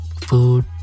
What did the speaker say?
food